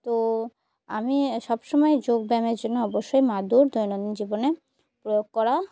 তো আমি সব সময় যোগব্যায়ামের জন্য অবশ্যই মাদুর দৈনন্দিন জীবনে প্রয়োগ করা